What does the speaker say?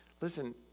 Listen